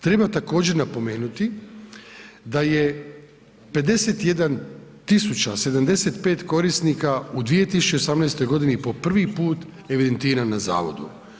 Treba također napomenuti da je 51.075 korisnika u 2018. godini po prvi put evidentiran na zavodu.